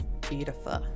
beautiful